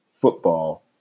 football